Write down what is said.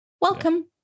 Welcome